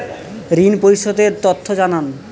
ঋন পরিশোধ এর তথ্য জানান